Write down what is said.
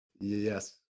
Yes